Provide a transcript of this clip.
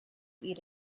eat